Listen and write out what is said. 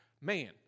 man